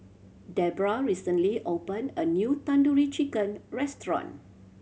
Debrah recently opened a new Tandoori Chicken Restaurant